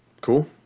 Cool